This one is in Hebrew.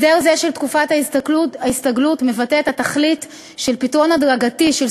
הסדר זה של תקופת ההסתגלות מבטא את התכלית של פתרון הדרגתי של